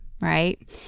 right